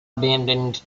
abandoned